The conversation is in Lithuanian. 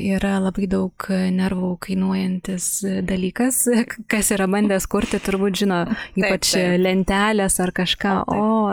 yra labai daug nervų kainuojantis dalykas k kas yra bandęs kurti turbūt žino ypač lentelės ar kažką o